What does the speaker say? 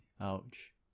Ouch